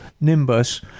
nimbus